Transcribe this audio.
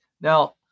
Now